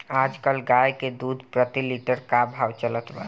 आज कल गाय के दूध प्रति लीटर का भाव चलत बा?